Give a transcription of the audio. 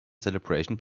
celebration